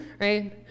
right